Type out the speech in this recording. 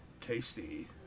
Tasty